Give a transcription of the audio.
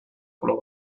color